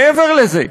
מעבר לזה,